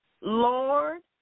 Lord